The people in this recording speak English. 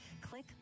click